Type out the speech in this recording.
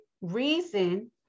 reason